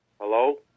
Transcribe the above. Hello